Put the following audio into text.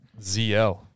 ZL